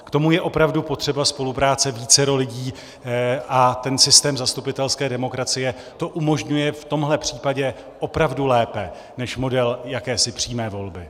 K tomu je opravdu potřeba spolupráce vícero lidí a systém zastupitelské demokracie to umožňuje v tomhle případě opravdu lépe než model jakési přímé volby.